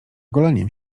goleniem